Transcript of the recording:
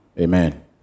Amen